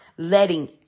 letting